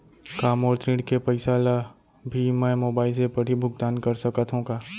का मोर ऋण के पइसा ल भी मैं मोबाइल से पड़ही भुगतान कर सकत हो का?